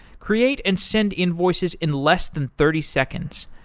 create and send invoices in less than thirty seconds.